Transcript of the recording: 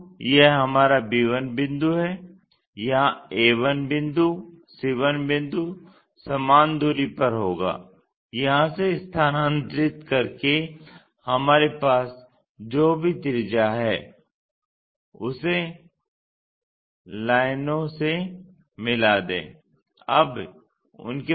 तो यह हमारा b1 बिंदु है यहाँ a1 बिंदु c1 बिंदु समान दूरी पर होगा यहाँ से स्थानांतरित करके हमारे पास जो भी त्रिज्या है उसे लाइनओं से मिला दें